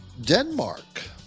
Denmark